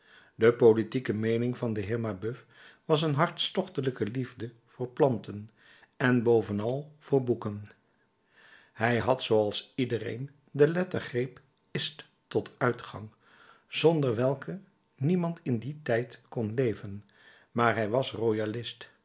de politieke meening van den heer mabeuf was een hartstochtelijke liefde voor planten en bovenal voor boeken hij had zooals iedereen de lettergreep ist tot uitgang zonder welke niemand in dien tijd kon leven maar hij was royalist